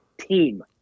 team